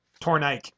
Tornike